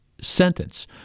sentence